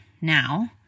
now